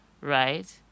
right